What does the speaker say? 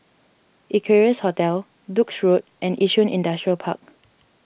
Equarius Hotel Duke's Road and Yishun Industrial Park